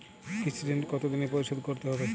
কৃষি ঋণ কতোদিনে পরিশোধ করতে হবে?